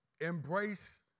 embrace